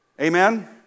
Amen